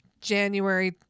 January